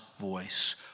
voice